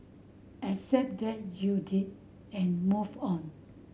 accept that you did and move on